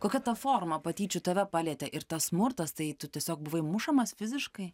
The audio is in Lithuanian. kokia ta forma patyčių tave palietė ir tas smurtas tai tu tiesiog buvai mušamas fiziškai